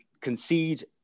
concede